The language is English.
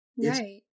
Right